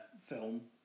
film